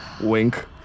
Wink